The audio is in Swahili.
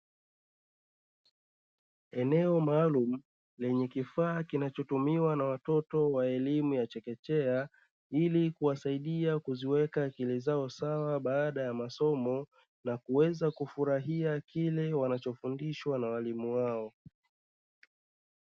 Eneo maalumu lenye kifaa kinachotumiwa na watoto wa elimu ya chekechea, ili kuwasaidia kuziweka akili zao sawa baada ya masomo na kuweza kufurahia kile wanachofundishwa na walimu wao.